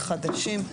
חדשים,